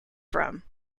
from